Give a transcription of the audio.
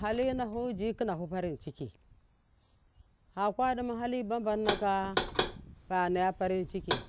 Hali nahu ji kinahu farinciki fukwa ɗima haliba bannaka fa naye farinciki